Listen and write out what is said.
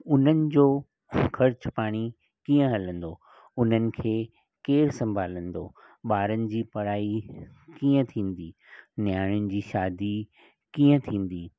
हुननि जो ख़र्चु पाणी कीअं हलंदो उन्हनि खे केरु संभालंदो ॿारनि जी पढ़ाई कीअं थींदी नियाणियुनि जी शादी कीअं थींदी